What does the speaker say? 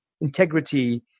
integrity